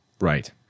Right